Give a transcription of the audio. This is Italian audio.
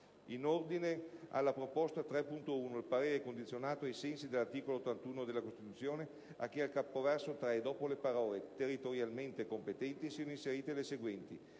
In ordine alla proposta 3.1, il parere è condizionato ai sensi dell'articolo 81 della Costituzione a che al capoverso *3* dopo le parole: "territorialmente competenti" siano inserite le seguenti: